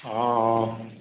অঁ অঁ